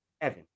Evan